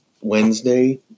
Wednesday